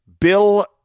Bill